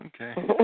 Okay